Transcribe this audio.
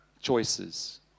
choices